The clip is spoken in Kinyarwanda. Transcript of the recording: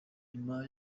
nyuma